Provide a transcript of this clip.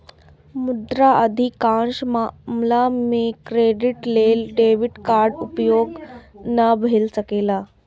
मुदा अधिकांश मामला मे क्रेडिट लेल डेबिट कार्डक उपयोग नै भए सकैए